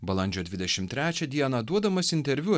balandžio dvidešim trečią dieną duodamas interviu